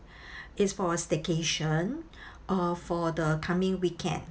it's for a staycation uh for the coming weekend